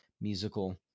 musical